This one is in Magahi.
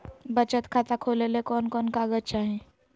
बचत खाता खोले ले कोन कोन कागज चाही?